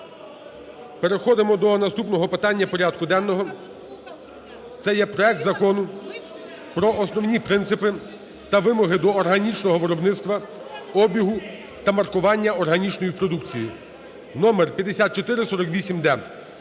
Переходимо наступного питання порядку денного, це є проект Закону про основні принципи та вимоги до органічного виробництва обігу та маркування органічної продукції (№ 5448-д).